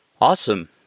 Awesome